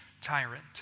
tyrant